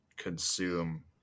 consume